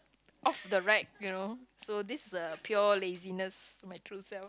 off the rack you know so this is a pure laziness my true self